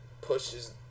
pushes